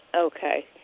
okay